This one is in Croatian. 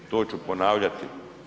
To ću ponavljati.